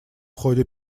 ходе